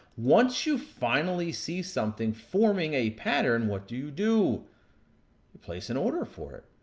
once you finally see something forming a pattern, what do you do? you place an order for it.